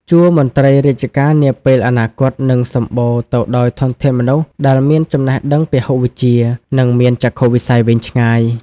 ជួរមន្ត្រីរាជការនាពេលអនាគតនឹងសំបូរទៅដោយធនធានមនុស្សដែលមានចំណេះដឹងពហុវិជ្ជា និងមានចក្ខុវិស័យវែងឆ្ងាយ។